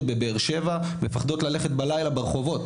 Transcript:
בבאר שבע מפחדות ללכת בלילה ברחובות,